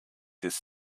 this